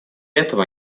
этого